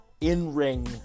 in-ring